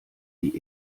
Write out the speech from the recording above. die